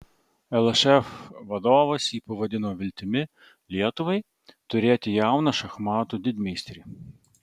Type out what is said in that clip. lšf vadovas jį pavadino viltimi lietuvai turėti jauną šachmatų didmeistrį